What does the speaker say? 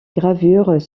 gravures